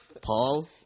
Paul